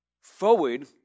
forward